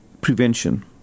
prevention